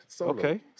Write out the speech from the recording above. Okay